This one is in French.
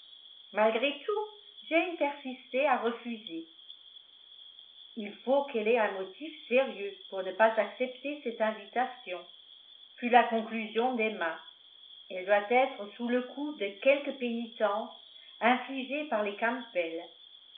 malgré tout jane persistait à refuser il faut qu'elle ait un motif sérieux pour ne pas accepter cette invitation fut la conclusion d'emma elle doit être sous le coup de quelque pénitence infligée par les